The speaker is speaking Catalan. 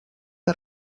que